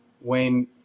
Wayne